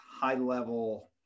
high-level